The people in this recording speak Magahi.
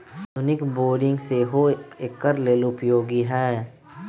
आधुनिक बोरिंग सेहो एकर लेल उपयोगी है